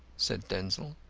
said denzil.